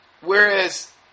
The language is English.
Whereas